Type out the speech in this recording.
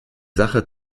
sache